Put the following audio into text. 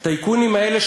הטייקונים האלה,